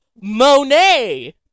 Monet